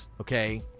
okay